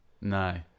No